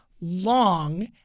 long